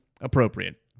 appropriate